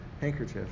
handkerchief